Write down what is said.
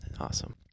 Awesome